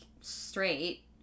straight